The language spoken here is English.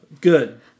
good